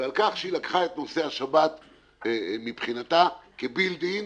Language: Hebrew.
ועל כל שהיא לקחה את נושא השבת מבחינתה כבילט אין